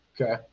Okay